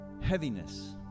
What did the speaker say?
heaviness